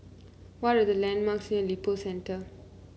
what are the landmarks near Lippo Center